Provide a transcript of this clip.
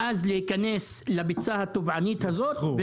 ואז להיכנס לביצה הטובענית הזאת,